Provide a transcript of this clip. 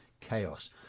Chaos